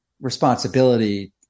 responsibility